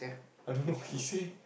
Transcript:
I don't know he say